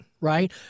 right